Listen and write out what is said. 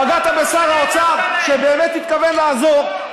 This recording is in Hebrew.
פגעת בשר האוצר, שבאמת התכוון לעזור.